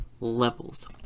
levels